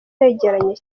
wegeranye